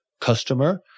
customer